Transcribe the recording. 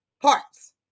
parts